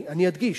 אני אדגיש,